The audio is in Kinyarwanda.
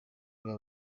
niba